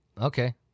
Okay